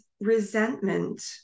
resentment